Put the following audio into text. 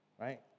right